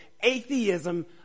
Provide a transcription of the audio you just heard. atheism